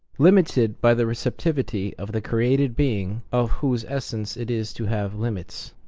limited by the receptivity of the created being, of whose essence it is to have limits,